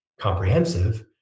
comprehensive